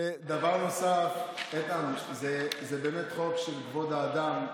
ודבר נוסף, איתן, זה באמת חוק של כבוד האדם.